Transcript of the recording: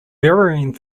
varying